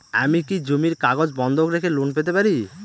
আমি কি জমির কাগজ বন্ধক রেখে লোন পেতে পারি?